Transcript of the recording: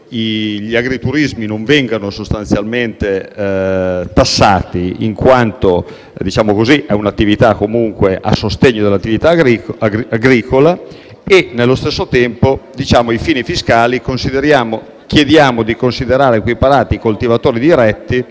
gli agriturismi non vengano tassati in quanto sono un'attività a sostegno dell'attività agricola. Nello stesso tempo, ai fini fiscali chiediamo di considerare equiparati ai coltivatori diretti